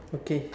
okay